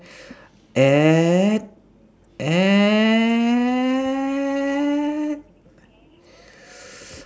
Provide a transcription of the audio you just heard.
at at